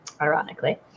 ironically